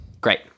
Great